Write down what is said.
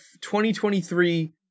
2023